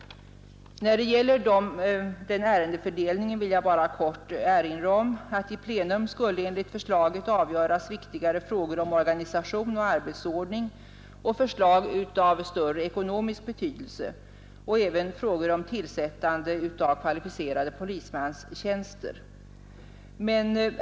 När det gäller den ärendefördelningen vill jag kort erinra om att i plenum skulle enligt förslaget avgöras viktigare frågor om organisation och arbetsordning, förslag av större ekonomisk betydelse och även frågor om tillsättande av kvalificerade polismanstjänster.